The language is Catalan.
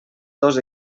dos